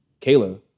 Kayla